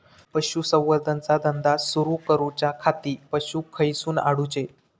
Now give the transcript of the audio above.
पशुसंवर्धन चा धंदा सुरू करूच्या खाती पशू खईसून हाडूचे?